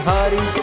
Hari